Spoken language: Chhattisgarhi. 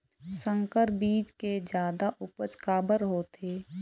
संकर बीज के जादा उपज काबर होथे?